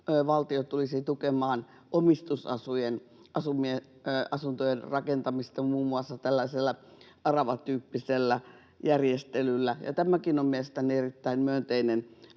valtio tulisi tukemaan omistusasuntojen rakentamista muun muassa aravatyyppisellä järjestelyllä. Tämäkin on mielestäni erittäin myönteinen asia.